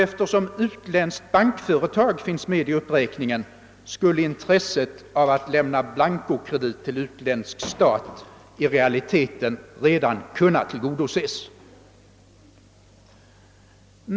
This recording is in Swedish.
Eftersom »utländskt bankföretag» finns med i uppräkningen, skulle intresset av att lämna blancokredit till utländsk stat i realiteten kunna tillgodoses.